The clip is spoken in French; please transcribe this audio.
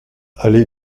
allée